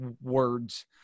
words